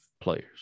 players